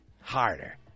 harder